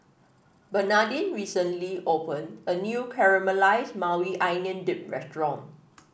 Bernadine recently opened a new Caramelized Maui Onion Dip restaurant